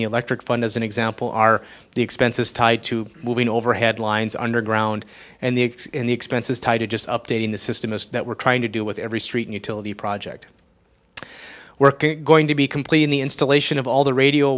the electric fund as an example are the expenses tied to moving overhead lines underground and the in the expenses tied to just updating the system is that we're trying to do with every street utility project working going to be completing the installation of all the radio